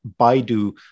Baidu